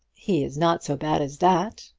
he is not so bad as that,